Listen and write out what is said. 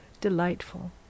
Delightful